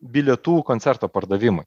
bilietų koncerto pardavimai